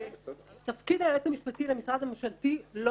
תפקיד היועץ המשפטי למשרד הממשלתי לא